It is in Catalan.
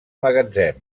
magatzem